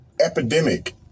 epidemic